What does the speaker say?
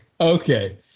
okay